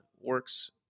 works